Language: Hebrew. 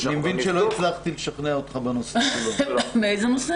אני מבין שלא הצלחתי לשכנע אותך בנושא --- באיזה נושא?